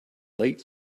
late